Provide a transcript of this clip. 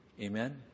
Amen